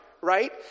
right